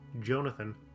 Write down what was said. Jonathan